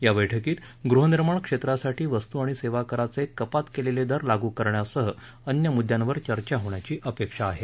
या बैठकीत गृहनिर्माण क्षेत्रासाठी वस्तू आणि सेवा कराचे कपात केलेले दर लागू करण्यासह अन्य म्द्यांवर चर्चा होण्याची अपेक्षा आहे